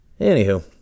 Anywho